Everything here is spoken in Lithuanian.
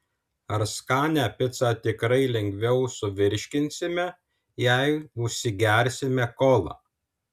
ar skanią picą tikrai lengviau suvirškinsime jei užsigersime kola